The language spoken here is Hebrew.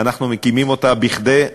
אנחנו מקימים אותה כדי,